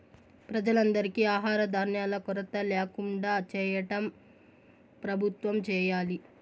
ప్రజలందరికీ ఆహార ధాన్యాల కొరత ల్యాకుండా చేయటం ప్రభుత్వం చేయాలి